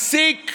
סעיפים